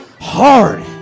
hard